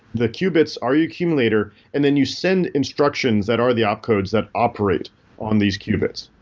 the qubits are your accumulator and then you send instructions that are the opt codes that operate on these qubits.